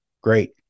great